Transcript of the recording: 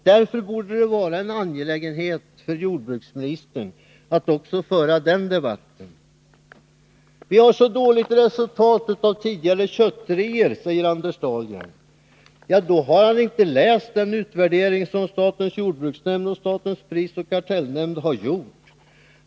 Därför borde det vara en angelägenhet för jordbruksministern att också föra den debatten. Vi har fått så dåliga resultat av tidigare köttreor säger Anders Dahlgren. Då har han inte läst den utvärdering som statens jordbruksnämnd och statens prisoch kartellnämnd har gjort.